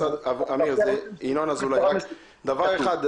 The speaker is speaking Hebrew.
(היו"ר ינון אזולאי, 10:21) אמיר, דבר אחד.